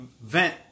vent